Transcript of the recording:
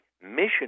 mission